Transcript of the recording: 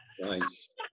Nice